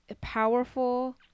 powerful